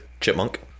chipmunk